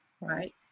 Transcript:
right